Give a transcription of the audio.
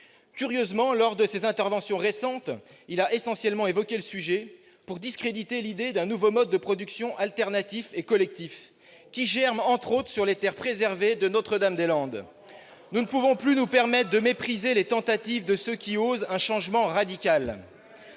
Curieusement, lors de ses interventions récentes, il a essentiellement évoqué le sujet pour discréditer l'idée d'un nouveau mode de production alternatif et collectif ... Oh !... qui germe notamment sur les terres préservées de Notre-Dame-des-Landes. C'est le comble ! Nous ne pouvons plus nous permettre de mépriser les tentatives de ceux qui osent un changement radical.